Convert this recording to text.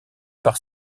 par